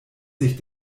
sich